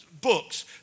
books